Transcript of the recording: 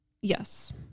Yes